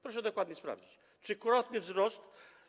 Proszę dokładnie sprawdzić, trzykrotny wzrost.